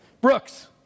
Brooks